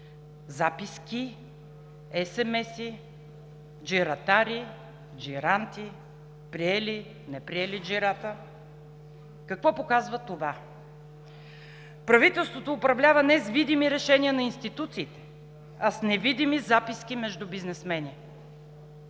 записки, есемеси, джиратари, джиранти приели, неприели джирата. Какво показва това? Правителството управлява не с видими решения на институциите, а с невидими записки между бизнесмени.